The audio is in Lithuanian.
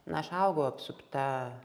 na aš augau apsupta